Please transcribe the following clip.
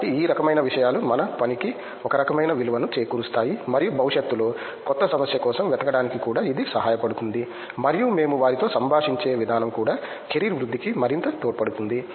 కాబట్టి ఈ రకమైన విషయాలు మన పనికి ఒక రకమైన విలువను చేకూరుస్తాయి మరియు భవిష్యత్తులో కొత్త సమస్య కోసం వెతకడానికి కూడా ఇది సహాయపడుతుంది మరియు మేము వారితో సంభాషించే విధానం కూడా కెరీర్ వృద్ధికి మరింత తోడ్పడుతుంది